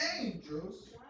angels